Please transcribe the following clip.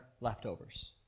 leftovers